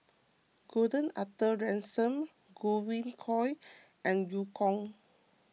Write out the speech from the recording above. Gordon Arthur Ransome Godwin Koay and Eu Kong